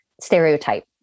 stereotype